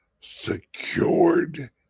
secured